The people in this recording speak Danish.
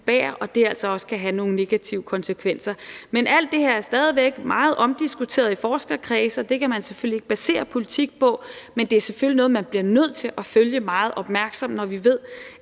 også kan have nogle negative konsekvenser. Alt det her er stadig væk meget omdiskuteret i forskerkredse, og det kan man selvfølgelig ikke basere politik på, men det er selvfølgelig noget, man bliver nødt til at følge meget opmærksomt, når vi ved,